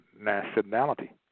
nationality